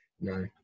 No